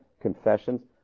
Confessions